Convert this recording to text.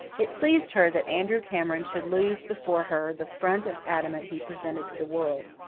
it pleased her that andrew cameron should lose, before her, the front of adamant he presented to the world.